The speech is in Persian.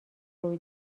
روی